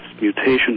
mutation